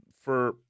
For-